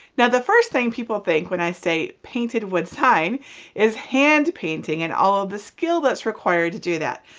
now the first thing people think when i say painted wood sign is hand painting and all of the skill that's required to do that.